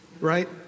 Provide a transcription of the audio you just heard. Right